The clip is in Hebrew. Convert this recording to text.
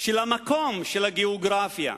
של המקום, של הגיאוגרפיה?